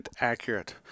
accurate